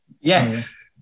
Yes